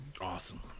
Awesome